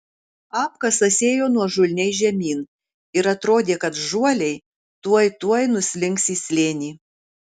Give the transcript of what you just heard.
apkasas ėjo nuožulniai žemyn ir atrodė kad žuoliai tuoj tuoj nuslinks į slėnį